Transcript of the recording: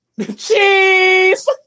Cheese